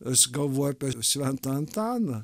aš galvoju apie šventą antaną